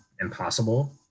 impossible